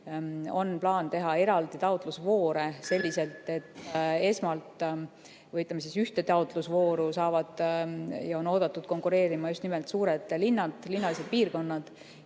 On plaan teha eraldi taotlusvoore selliselt, et esmalt või, ütleme, ühte taotlusvooru saavad ja on oodatud konkureerima just nimelt suured linnad, linnalised piirkonnad